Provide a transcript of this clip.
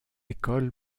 école